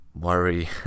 worry